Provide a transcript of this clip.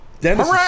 Dennis